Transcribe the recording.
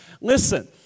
Listen